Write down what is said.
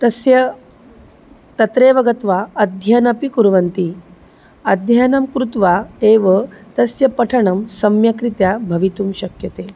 तस्य तत्रैव गत्वा अध्ययनम् अपि कुर्वन्ति अध्ययनं कृत्वा एव तस्य पठनं सम्यग्रीत्या भवितुं शक्यते